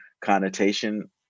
connotation